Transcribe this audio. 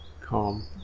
calm